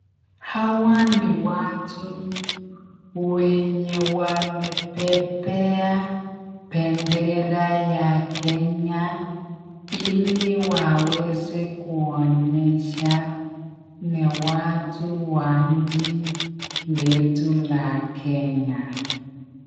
Hawa ni watu wenye wamepepa bendera ya Kenya ,ili waweze kuonyesha ni watu wa nchi letu la Kenya.